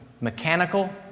mechanical